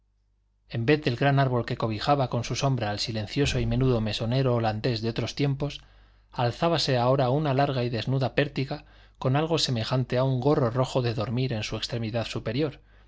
en vez del gran árbol que cobijaba con su sombra al silencioso y menudo mesonero holandés de otros tiempos alzábase ahora una larga y desnuda pértiga con algo semejante a un gorro rojo de dormir en su extremidad superior